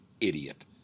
idiot